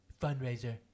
fundraiser